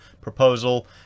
proposal